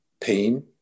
pain